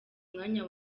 umwanya